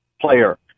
player